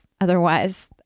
otherwise